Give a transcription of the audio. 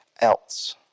else